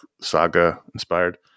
saga-inspired